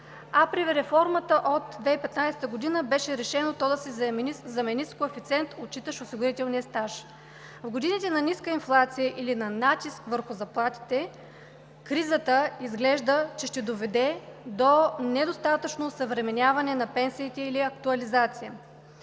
а при реформата от 2015 г. беше решено то да се замени с коефициент, отчитащ осигурителния стаж. В годините на ниска инфлация или на натиск върху заплатите кризата изглежда, че ще доведе до недостатъчно осъвременяване на пенсиите или актуализация,